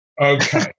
Okay